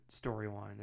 storyline